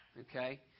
Okay